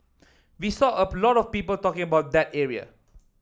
we saw a lot of people talking about that area